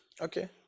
Okay